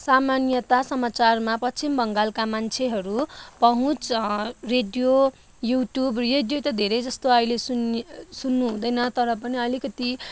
सामान्यतः समाचारमा पश्चिम बङ्गालका मान्छेहरू पहुँच रेडियो यु ट्युब रेडियो त धेरै जस्तो अहिले सुनी सुन्नु हुँदैन तर पनि अलिकति